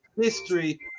history